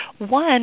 one